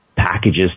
packages